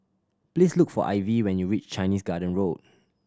please look for Ivey when you reach Chinese Garden Road